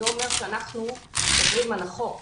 זה אומר שאנחנו עוברים על החוק.